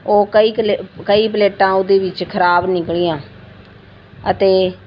ਉਹ ਕਈ ਕਲੇ ਕਈ ਪਲੇਟਾਂ ਉਹਦੇ ਵਿੱਚ ਖਰਾਬ ਨਿੱਕਲੀਆਂ ਅਤੇ